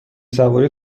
سواری